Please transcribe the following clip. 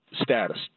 status